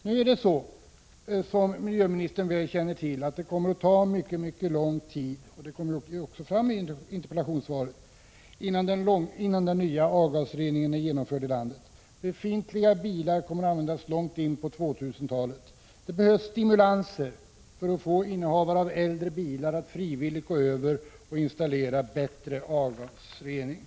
Nu är det så, som miljöministern väl känner till, att det kommer att ta mycket lång tid — och det kommer också fram i svaret — innan den nya avgasreningen är genomförd i landet. Befintliga bilar kommer att användas långt in på 2000-talet. Det behövs stimulanser för att få innehavare av äldre bilar att frivilligt gå över och installera bättre avgasrening.